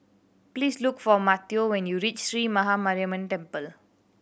please look for Mateo when you reach Sree Maha Mariamman Temple